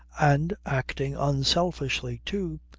and acting unselfishly too,